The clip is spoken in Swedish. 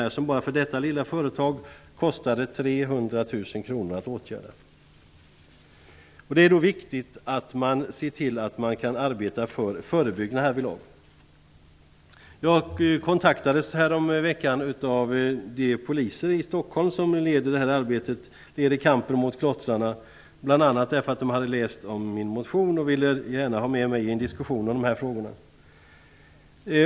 Enbart för detta lilla företag kostade det 300 000 kr att åtgärda klottret. Det är således viktigt att se till att man kan arbeta i förebyggande syfte härvidlag. Häromveckan kontaktades jag av de Stockholmspoliser som leder arbetet med kampen mot klottrarna. De tog kontakt med mig bl.a. därför att de hade läst om min motion och gärna ville ha med mig i en diskussion om de här frågorna.